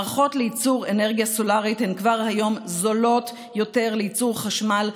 מערכות לייצור אנרגיה סולרית הן כבר היום זולות יותר לייצור חשמל,